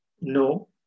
no